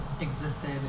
existed